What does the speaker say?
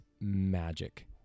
magic